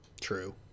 True